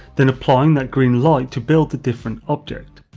then applying that green light to build a different object.